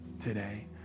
today